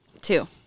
two